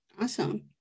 Awesome